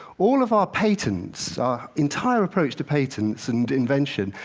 all of our patents, our entire approach to patents and invention,